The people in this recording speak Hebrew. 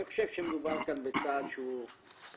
אני חושב שמדובר כאן בצעד שהוא אי-אמון